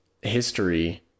history